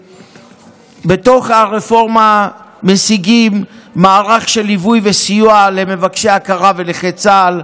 בתוך הרפורמה אנחנו משיגים מערך של ליווי וסיוע למבקשי הכרה בנכי צה"ל,